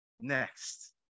next